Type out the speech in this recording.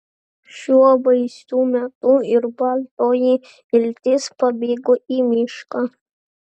šiuo baisiu metu ir baltoji iltis pabėgo į mišką